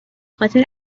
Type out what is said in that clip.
خاطر